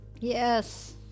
Yes